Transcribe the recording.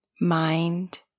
mind